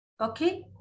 okay